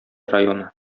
районы